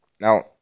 Now